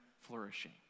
flourishing